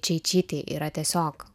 čeičytei yra tiesiog